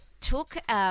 took